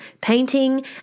painting